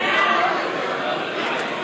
של קבוצת סיעת יש עתיד